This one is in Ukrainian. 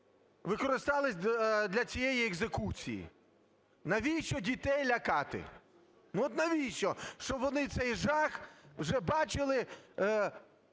використовувалися для цієї екзекуції. Навіщо дітей лякати, ну, от навіщо, щоб вони цей жах вже бачили